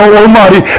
almighty